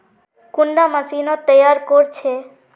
कुंडा मशीनोत तैयार कोर छै?